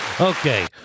Okay